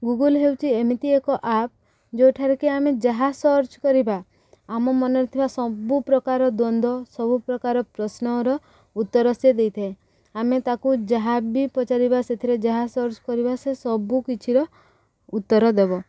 Google ହେଉଛି ଏମିତି ଏକ ଆପ୍ ଯେଉଁଠାରେ କିି ଆମେ ଯାହା ସର୍ଚ୍ଚ କରିବା ଆମ ମନରେ ଥିବା ସବୁପ୍ରକାର ଦ୍ଵନ୍ଦ ସବୁପ୍ରକାର ପ୍ରଶ୍ନର ଉତ୍ତର ସେ ଦେଇଥାଏ ଆମେ ତାକୁ ଯାହା ବି ପଚାରିବା ସେଥିରେ ଯାହା ସର୍ଚ୍ଚ କରିବା ସେ ସବୁକିଛିର ଉତ୍ତର ଦେବ